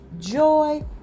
joy